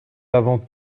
avant